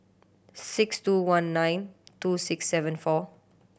six two one nine two six seven four